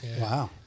Wow